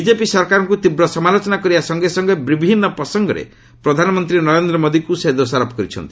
BJP ସରକାରଙ୍କୁ ତୀବ୍ର ସମାଲୋଚନା କରିବା ସଙ୍ଗେ ସଙ୍ଗେ ବିଭିନ୍ନ ପ୍ରସଙ୍ଗରେ ପ୍ରଧାନମନ୍ତ୍ରୀ ନରେନ୍ଦ୍ର ମୋଦିଙ୍କୁ ସେ ଦୋଷାରୋପ କରିଛନ୍ତି